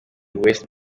west